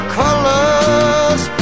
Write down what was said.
colors